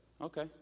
Okay